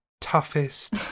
toughest